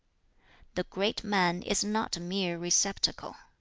the great man is not a mere receptacle.